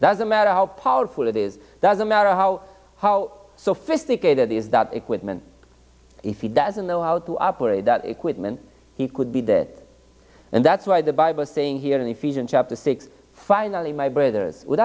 doesn't matter how powerful it is doesn't matter how how sophisticated is that equipment if he doesn't know how to operate that equipment he could be dead and that's why the bible saying here and if you're in chapter six finally my brother's with